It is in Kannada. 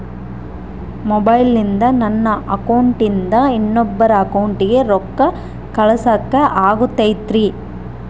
ಮೊಬೈಲಿಂದ ನನ್ನ ಅಕೌಂಟಿಂದ ಇನ್ನೊಬ್ಬರ ಅಕೌಂಟಿಗೆ ರೊಕ್ಕ ಕಳಸಾಕ ಆಗ್ತೈತ್ರಿ?